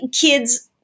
kids